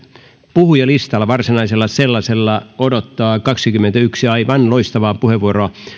puhujalistalla varsinaisella sellaisella odottaa kahdenkymmenenyhden aivan loistavaa puheenvuoroa